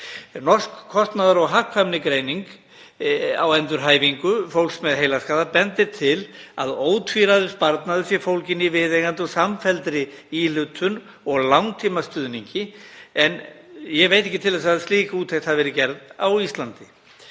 Norsk kostnaðar- og hagkvæmnigreining á endurhæfingu fólks með heilaskaða bendir til að ótvíræður sparnaður sé fólginn í viðeigandi og samfelldri íhlutun og langtímastuðningi en ég veit ekki til þess að slík úttekt hafi verið gerð á Íslandi.